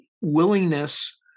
willingness